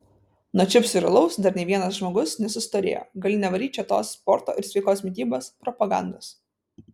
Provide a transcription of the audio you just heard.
nuo čipsų ir alaus dar nei vienas žmogus nesustorėjo gali nevaryt čia tos sporto ir sveikos mitybos propagandos